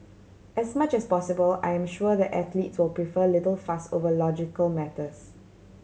as much as possible I am sure the athletes will prefer little fuss over logical matters